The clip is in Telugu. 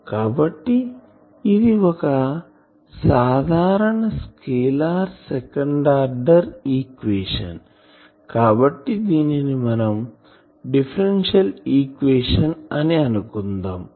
కాబట్టి ఇది ఒక సాధారణ స్కేలార్ సెకండ్ ఆర్డర్ ఈక్వేషన్ కాబట్టి దీనిని మనం డిఫరెన్షియల్ ఈక్వేషన్ అని అనుకుందాం